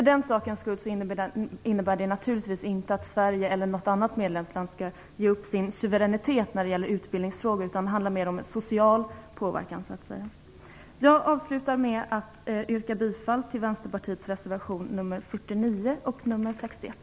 Det innebär naturligtvis inte för den sakens skull att Sverige eller något annat medlemsland skall ge upp sin suveränitet när det gäller utbildningsfrågor, utan det handlar mer om en social påverkan. Jag avslutar med att yrka bifall till Vänsterpartiets reservation nr 49 och nr 61.